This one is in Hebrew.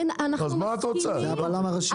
זה הבלם הראשי.